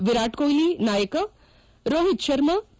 ವಿರಾಟ್ ಕೊಟ್ನ ನಾಯಕ ರೋಹಿತ್ ಶರ್ಮಾ ಕೆ